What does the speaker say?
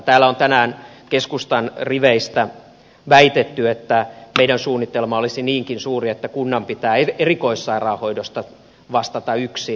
täällä on tänään keskustan riveistä väitetty että meidän suunnitelmamme olisi niinkin suuri että kunnan pitää erikoissairaanhoidosta vastata yksin